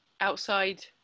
outside